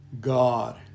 God